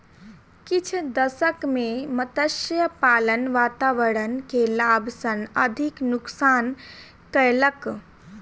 किछ दशक में मत्स्य पालन वातावरण के लाभ सॅ अधिक नुक्सान कयलक